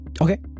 Okay